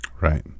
Right